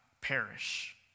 perish